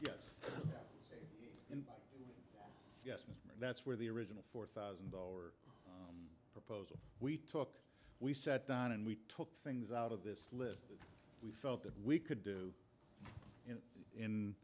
yes yes and that's where the original four thousand dollar proposal we took we set down and we took things out of this list that we felt that we could do in